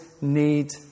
need